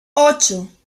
ocho